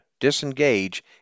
disengage